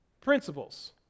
principles